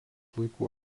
laikų